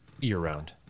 year-round